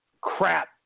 crap